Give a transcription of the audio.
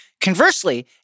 Conversely